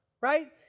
right